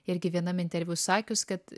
irgi vienam interviu sakius kad